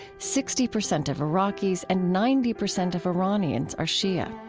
sixty percent of iraqis and ninety percent of iranians are shia.